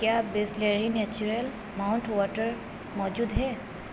کیا Bisleri natural mount water موجود ہے